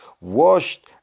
washed